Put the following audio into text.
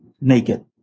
naked